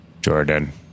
Jordan